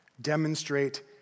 demonstrate